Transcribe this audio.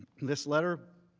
this letter,